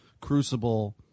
Crucible